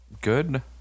good